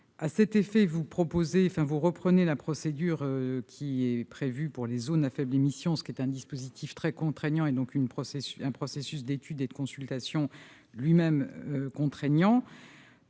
À cet effet, vous reprenez la procédure prévue pour les zones à faible émission, dispositif très contraignant assorti d'un processus d'études et de consultation lui-même contraignant.